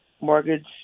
Mortgage